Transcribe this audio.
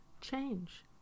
change